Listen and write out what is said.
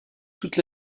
toute